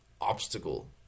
obstacle